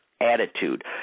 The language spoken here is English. attitude